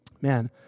Man